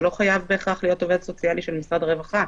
זה לא חייב להיות עובד סוציאלי של משרד הרווחה.